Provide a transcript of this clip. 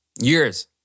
years